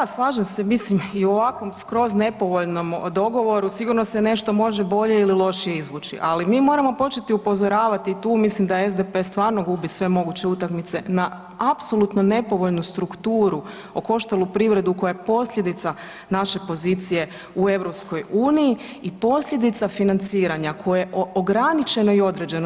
Pa da, slažem se mislim i u ovakvom skroz nepovoljnom dogovoru sigurno se nešto može bolje ili lošije izvući, ali mi moramo početi upozoravati i tu mislim da SDP stvarno gubi sve moguće utakmice na apsolutno nepovoljnu strukturu, okoštalu privredu koja je posljedica naše pozicije u EU i posljedica financiranja koje je ograničeni određeno.